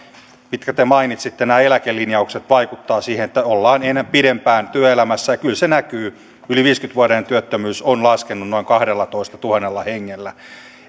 minkä te mainitsittekin nämä eläkelinjaukset vaikuttavat siihen että ollaan pidempään työelämässä ja kyllä se näkyy yli viisikymmentä vuotiaiden työttömyys on laskenut noin kahdellatoistatuhannella hengellä